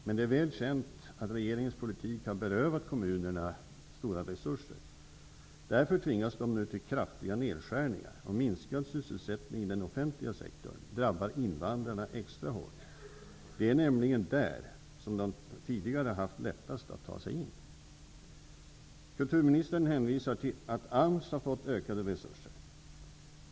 Men det är väl känt att regeringens politik har berövat kommunerna stora resurser. Därför tvingas de nu till kraftiga nedskärningar, och minskad sysselsättning i den offentliga sektorn drabbar invandrarna extra hårt. Det är nämligen där som de tidigare har haft lättast att ta sig in. Kulturministern hänvisar till att AMS har fått ökade resurser.